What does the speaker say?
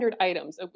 items